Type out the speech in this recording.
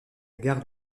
gare